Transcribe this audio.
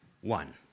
one